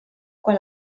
quan